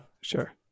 sure